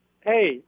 hey